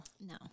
no